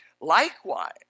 Likewise